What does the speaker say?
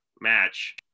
match